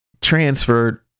transferred